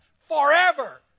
forever